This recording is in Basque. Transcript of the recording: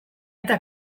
eta